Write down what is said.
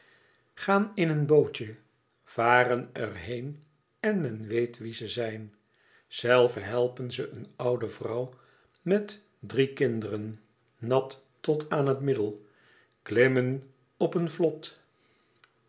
gaan in een bootje varen er heen en men weet wie ze zijn zelve helpen ze een oude vrouw met drie kinderen nat tot aan het middel klimmen op een vlot